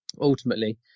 ultimately